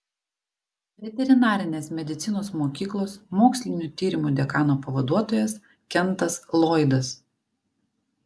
veterinarinės medicinos mokyklos mokslinių tyrimų dekano pavaduotojas kentas loydas